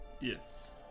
Yes